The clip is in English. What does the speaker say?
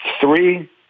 three